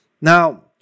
Now